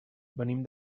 venim